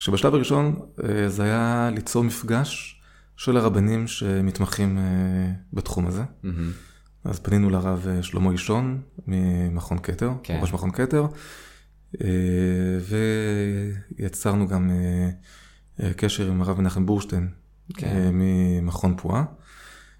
שבשלב הראשון זה היה ליצור מפגש של הרבנים שמתמחים בתחום הזה. אז פנינו לרב שלמה לישון ממכון כתר, ראש מכון כתר, ויצרנו גם קשר עם הרב מנחם בורשטיין ממכון פועה.